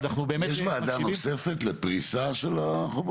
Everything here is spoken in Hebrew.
אבל אנחנו באמת --- יש ועדה נוספת לפריסה של החובות?